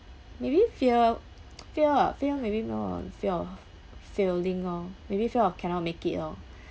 maybe fear fear ah fear maybe no ah fear of failing orh maybe fear of cannot make it lor